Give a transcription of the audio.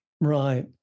Right